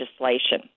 legislation